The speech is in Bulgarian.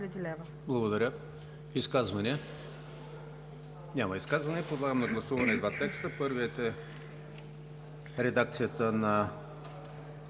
Благодаря. Изказвания? Няма изказвания. Подлагам на гласуване два текста. Първият е редакцията на